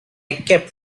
kept